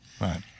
Right